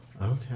Okay